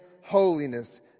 holiness